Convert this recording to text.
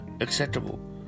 acceptable